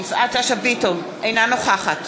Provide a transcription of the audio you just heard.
אינה נוכחת